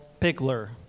pickler